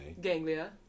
Ganglia